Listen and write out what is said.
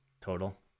total